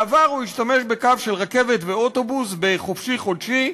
בעבר הוא השתמש בקו של רכבת ואוטובוס ב"חופשי חודשי",